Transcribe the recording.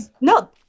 No